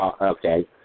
Okay